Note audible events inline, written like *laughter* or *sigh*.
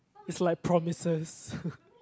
it's like promises *breath*